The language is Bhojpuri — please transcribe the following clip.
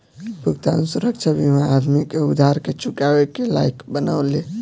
भुगतान सुरक्षा बीमा आदमी के उधार के चुकावे के लायक बनावेला